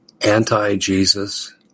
anti-Jesus